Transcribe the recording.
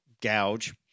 gouge